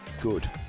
Good